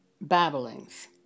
babblings